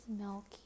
milky